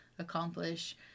Accomplish